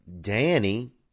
Danny